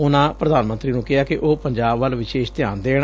ਉਨਾਂ ਪ੍ਰਧਾਨ ਮੰਤਰੀ ਨੁੰ ਕਿਹਾ ਕਿ ਉਹ ਪੰਜਾਬ ਵੱਲ ਵਿਸ਼ੇਸ਼ ਧਿਆਨ ਦੇਣ